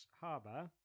Harbour